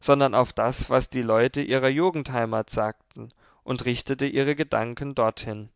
sondern auf das was die leute ihrer jugendheimat sagten und richtete ihre gedanken dorthin